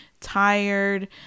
tired